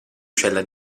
cella